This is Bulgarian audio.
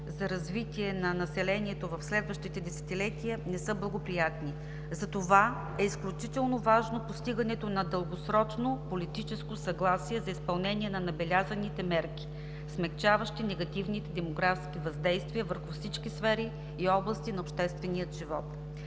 за развитие на населението в следващите десетилетия не са благоприятни. Затова е изключително важно постигането на дългосрочно политическо съгласие за изпълнение на набелязаните мерки, смекчаващи негативните демографски въздействия върху всички сфери и области на обществения живот.